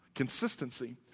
Consistency